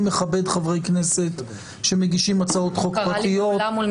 אני מכבד חברי כנסת שמגישים הצעות חוק פרטיות.